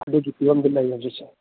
ꯑꯗꯨꯒꯤ ꯐꯤꯕꯝꯗ ꯂꯩ ꯍꯧꯖꯤꯛꯁꯦ